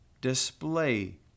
display